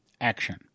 action